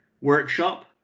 Workshop